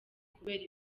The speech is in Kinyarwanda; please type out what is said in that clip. kubera